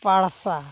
ᱯᱟᱲᱥᱟ